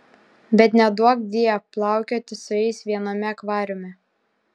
bet neduokdie plaukioti su jais viename akvariume